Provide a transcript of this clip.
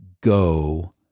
go